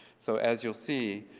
so as you'll see,